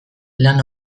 lan